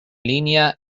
línea